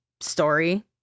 story